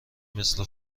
مثل